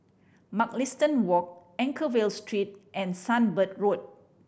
Mugliston Walk Anchorvale Street and Sunbird Road